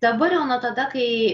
dabar jau nuo tada kai